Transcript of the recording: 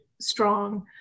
strong